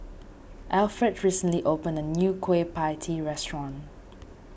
Alfred recently opened a new Kueh Pie Tee restaurant